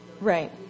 Right